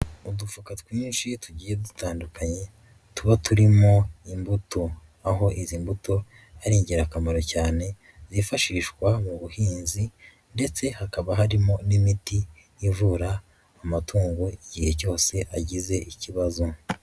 Udufuka twinshi tugiye dutandukanye tuba turimo imbuto, aho izi mbuto ari ingirakamaro cyane, zifashishwa mu buhinzi ndetse hakaba harimo n'imiti ivura amatungo igihe cyose agize ikibazo.